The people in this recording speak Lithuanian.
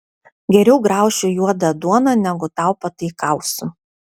geriau graušiu juodą duoną negu tau pataikausiu